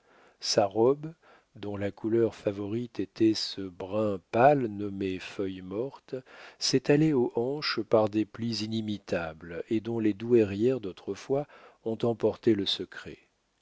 sa robe dont la couleur favorite était ce brun pâle nommé feuille morte s'étalait aux hanches par des plis inimitables et dont les douairières d'autrefois ont emporté le secret